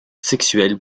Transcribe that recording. sexuel